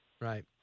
Right